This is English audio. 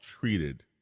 treated